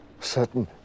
certain